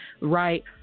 right